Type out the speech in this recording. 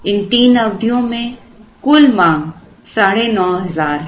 इन तीन अवधियों में कुल मांग 9500 है